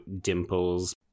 Dimple's